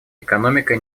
экономика